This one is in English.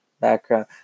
background